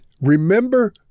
remember